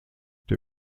der